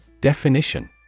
Definition